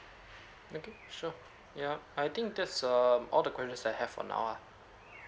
okay sure yeah I think that's err all the questions I have for now ah